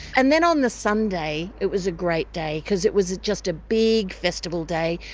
and then on the sunday it was a great day, because it was just a big festival day.